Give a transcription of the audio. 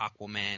Aquaman